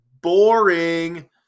boring